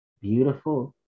beautiful